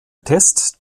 test